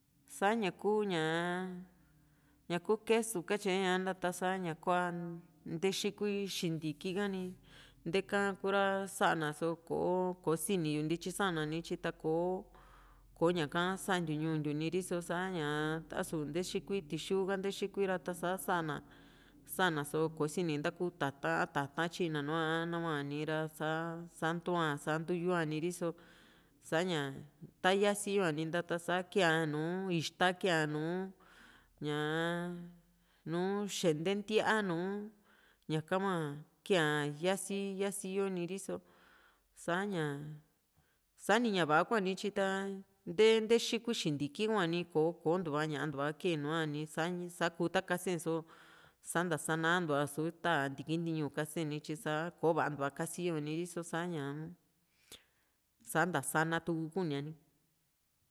saña kuu ñaa ñaku quesu katyee ña nta tasa ña kuaa ntexikui xintiki hani nteka kura sana so ko kosini ntityi sa´nanityi ta kò´o koñaka santiu ñuu ntiu niriso só sa´ña a´su nte xikui tixuka nte xikuira sa ntaaku tata´n a tata´n tyina nuu a nahua ni ra sa sa ntua santu yu´a niriso sa´ña tayasi yoa ninta ta sa kee a nùù ixta kee a nùù ñaa nùù xente ntíaa nu ñaka hua kee a yasi yasi yoni riso sa´ña sani ña va´a hua nityi ta nte ntexikui xintiki huani ko kontua ña´ntua kee nuani sa sa kuu ta kase só santa sanantua su ta ntiki ntiñuu kase ni tyi sa kò´o vantua kasiyo a niriso sa´ña sa ntasana kuuniaa ni